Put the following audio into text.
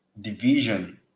division